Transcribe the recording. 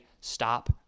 stop